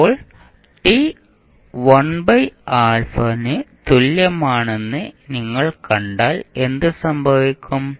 ഇപ്പോൾ t 1α ന് തുല്യമാണെന്ന് നിങ്ങൾ കണ്ടാൽ എന്ത് സംഭവിക്കും